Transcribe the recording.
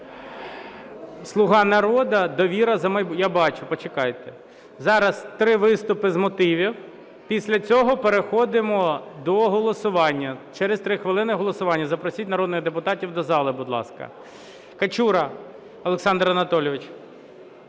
"Слуга народу", "Довіра"… Я бачу, почекайте. Зараз три виступи з мотивів, після цього переходимо до голосування. Через 3 хвилини голосування, запросіть народних депутатів до зали, будь ласка. Качура Олександр Анатолійович.